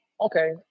okay